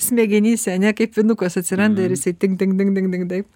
smegenyse ane kaip nukas atsiranda ir jisai tink dink dink dink dink taip